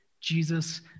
Jesus